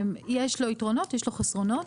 יש לו יתרונות, יש לו חסרונות.